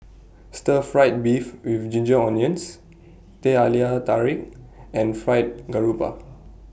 Stir Fried Beef with Ginger Onions Teh Halia Tarik and Fried Garoupa